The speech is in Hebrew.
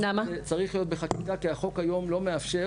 זה צריך להיות בחקיקה כי החוק היום לא מאפשר